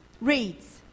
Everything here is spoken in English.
reads